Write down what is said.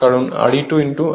কারণ Re2 I2² হয়